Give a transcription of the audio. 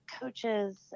coaches